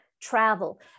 travel